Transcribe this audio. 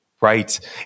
Right